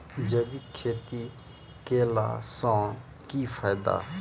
जैविक खेती केला सऽ की फायदा?